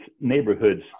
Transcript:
neighborhoods